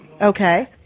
Okay